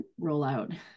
rollout